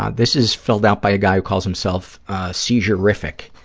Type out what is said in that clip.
ah this is filled out by a guy who calls himself seizuriffic.